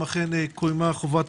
שנה שעברה כן.